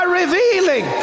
revealing